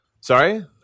Sorry